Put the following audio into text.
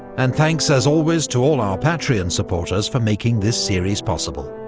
and thanks as always to all our patreon supporters for making this series possible.